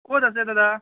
ক'ত আছে দাদা